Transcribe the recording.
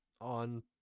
on